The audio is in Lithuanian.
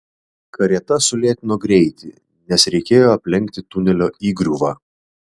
karieta sulėtino greitį nes reikėjo aplenkti tunelio įgriuvą